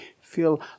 feel